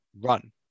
run